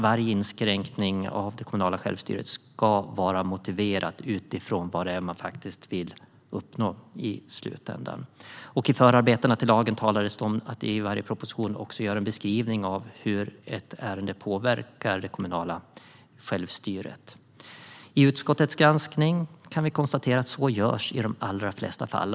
Varje inskränkning av det kommunala självstyret ska vara motiverat utifrån vad man vill uppnå i slutänden. I förarbetena till lagen talades det också om att det i varje proposition ska göras en beskrivning av hur ett ärende påverkar det kommunala självstyret. I utskottets granskning kan vi konstatera att det görs i de allra flesta fall.